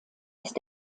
ist